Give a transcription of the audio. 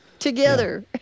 Together